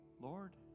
Lord